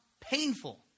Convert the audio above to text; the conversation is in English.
painful